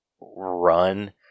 run